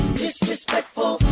disrespectful